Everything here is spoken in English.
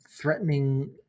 threatening